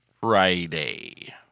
Friday